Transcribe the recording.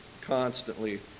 constantly